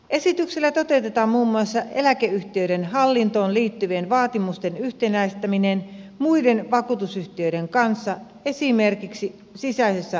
esityksellä toteutetaan muun muassa eläkeyhtiöiden hallintoon liittyvien vaatimusten yhtenäistäminen muiden vakuutusyhtiöiden kanssa esimerkiksi sisäisessä tarkastuksessa